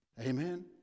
Amen